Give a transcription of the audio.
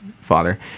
father